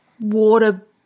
water